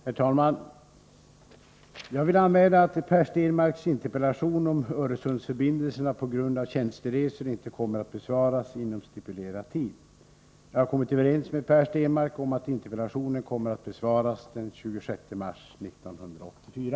Herr talman! Jag vill anmäla att Per Stenmarcks interpellation om Öresundsförbindelserna på grund av tjänsteresor inte kommer att besvaras inom stipulerad tid. Jag har kommit överens med Per Stenmarck om att interpellationen kommer att besvaras den 26 mars 1984.